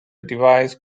device